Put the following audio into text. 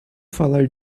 falar